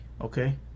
Okay